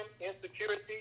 insecurity